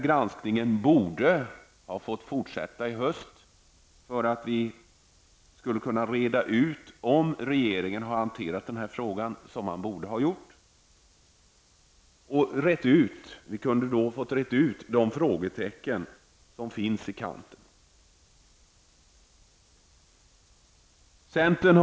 Granskningen borde ha fått fortsätta i höst för att man skulle kunna reda ut om regeringen har hanterat den här frågan som den borde ha gjort. Då kunde man ha rätat ut de frågetecken som finns i kanten.